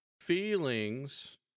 feelings